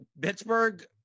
Pittsburgh